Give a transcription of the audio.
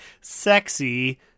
sexy